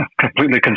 completely